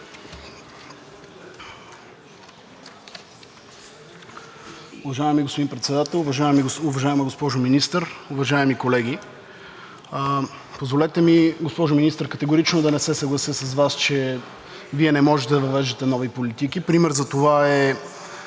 Уважаеми господин Председател, уважаема госпожо Министър, уважаеми колеги! Позволете ми, госпожо Министър, категорично да не се съглася с Вас, че Вие не може да въвеждате нови политики. Пример за това